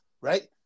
right